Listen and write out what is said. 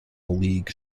league